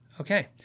Okay